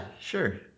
sure